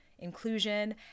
inclusion